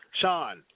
Sean